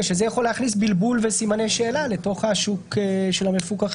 הפסילה יכולה להכניס בלבול וסימני שאלה לתוך שוק המפוקחים.